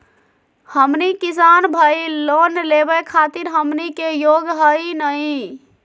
हमनी किसान भईल, लोन लेवे खातीर हमनी के योग्य हई नहीं?